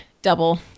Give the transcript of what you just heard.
double